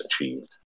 achieved